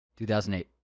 2008